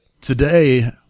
today